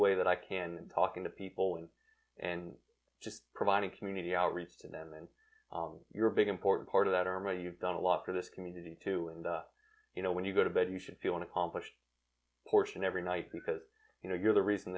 way that i can talking to people and and just providing community outreach and then your big important part of that are my you've done a lot for this community too and you know when you go to bed you should feel an accomplished portion every night because you know you're the reason